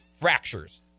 fractures